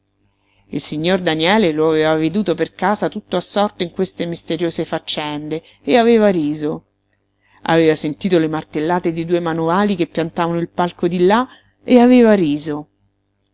il signor daniele lo aveva veduto per casa tutto assorto in queste misteriose faccende e aveva riso aveva sentito le martellate dei due manovali che piantavano il palco di là e aveva riso